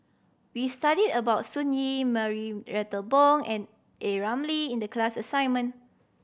we studied about Yee Marie Bong and A Ramli in the class assignment